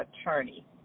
attorney